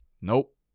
Nope